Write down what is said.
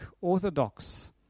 Orthodox